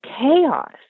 chaos